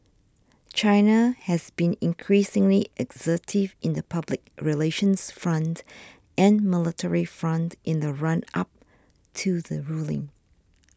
China has been increasingly assertive in the public relations front and military front in the run up to the ruling